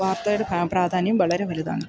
വാർത്തയുടെ പ്രാധാന്യം വളരെ വലുതാണ്